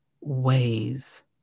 ways